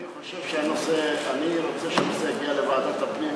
אני רוצה שהנושא יגיע לוועדת הפנים,